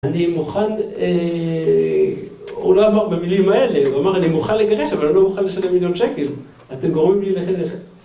אני מוכן, הוא לא אמר במילים האלה, הוא אמר אני מוכן לגרש אבל אני לא מוכן לשלם מיליון שקל, אתם גורמים לי לכדי חטא